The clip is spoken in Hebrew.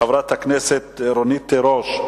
חברת הכנסת רונית תירוש.